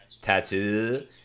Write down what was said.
tattoo